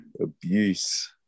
Abuse